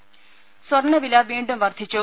ദദ സ്വർണവില വീണ്ടും വർദ്ധിച്ചു